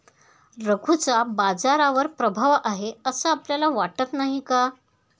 रघूचा बाजारावर प्रभाव आहे असं आपल्याला वाटत नाही का?